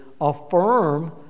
affirm